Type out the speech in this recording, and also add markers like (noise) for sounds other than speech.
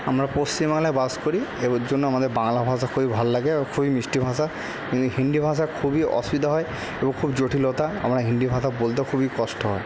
আমরা পশ্চিম বাংলায় বাস করি (unintelligible) ওর জন্য আমাদের বাংলা ভাষা খুবই ভাল লাগে খুবই মিষ্টি ভাষা (unintelligible) হিন্দি ভাষা খুবই অসুবিধা হয় এবং খুব জটিলতা আমরা হিন্দি (unintelligible) বলতে খুবই কষ্ট হয়